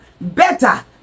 better